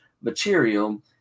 material